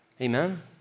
Amen